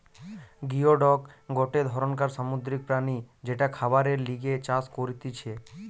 geoduck গটে ধরণকার সামুদ্রিক প্রাণী যেটা খাবারের লিগে চাষ করতিছে